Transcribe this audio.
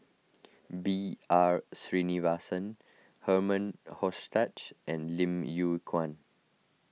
B R Sreenivasan Herman Hochstadt and Lim Yew Kuan